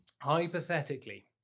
hypothetically